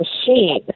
machine